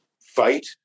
fight